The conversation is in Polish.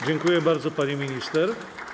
Dziękuję bardzo, pani minister.